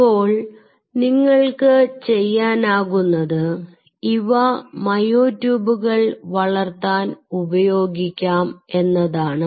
ഇപ്പോൾ നിങ്ങൾക്ക് ചെയ്യാനാകുന്നത് ഇവ മയോട്യൂബുകൾ വളർത്താൻ ഉപയോഗിക്കാം എന്നതാണ്